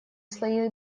слои